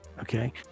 Okay